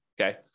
Okay